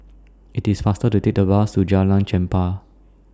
IT IS faster to Take The Bus to Jalan Chempah